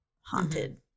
haunted